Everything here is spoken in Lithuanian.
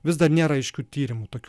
vis dar nėra aiškių tyrimų tokių